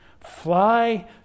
Fly